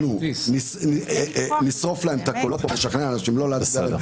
אנחנו נשרוף להם את הקולות ונשכנע אנשים לא להצביע להם.